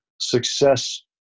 success